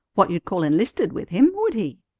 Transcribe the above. what you'd call enlisted with him, would he?